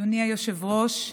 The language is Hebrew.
אדוני היושב-ראש,